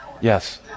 Yes